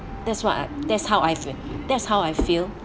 that's why I that's how I feel that's how I feel